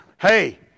Hey